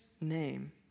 name